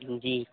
जी